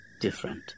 different